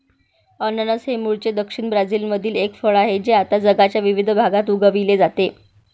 अननस हे मूळचे दक्षिण ब्राझीलमधील एक फळ आहे जे आता जगाच्या विविध भागात उगविले जाते